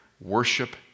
worship